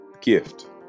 gift